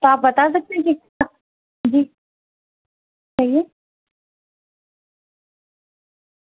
تو آپ بتا سکتے ہیں کہ جی چاہیے